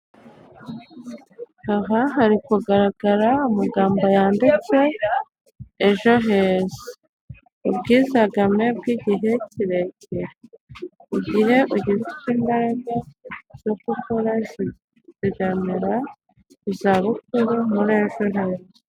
Aha hari kugaragara amagambo yanditse ejo heza ubwizigame bw'igihe kirekire. Mu gihe ugifite imbaraga zo gukora zigamera izabukuru muri ejo heza.